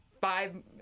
five